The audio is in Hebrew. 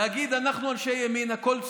להגיד, אנחנו אנשי ימין, הכול סקובי-דובי,